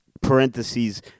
parentheses